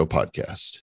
Podcast